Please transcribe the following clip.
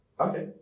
Okay